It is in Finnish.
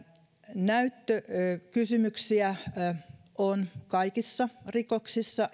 näyttökysymyksiä on kaikissa rikoksissa